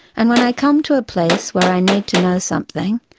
and when i come to a place where i need to know something,